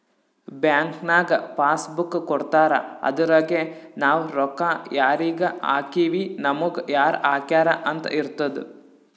bank ನಾಗ್ pass book ಕೊಡ್ತಾರ ಅದುರಗೆ ನಾವ್ ರೊಕ್ಕಾ ಯಾರಿಗ ಹಾಕಿವ್ ನಮುಗ ಯಾರ್ ಹಾಕ್ಯಾರ್ ಅಂತ್ ಇರ್ತುದ್